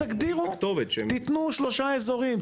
תנו שלושה אזורים.